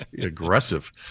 Aggressive